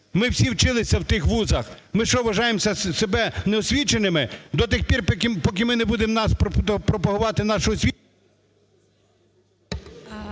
Ми всі вчилися у тих вузах. Ми що вважаємо себе неосвіченими? До тих пір, поки ми не будемо пропагувати нашу освіту…